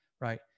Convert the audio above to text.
right